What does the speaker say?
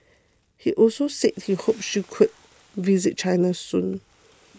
he also said he hoped she could visit China soon